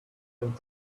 and